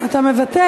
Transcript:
אתה מוותר?